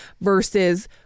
versus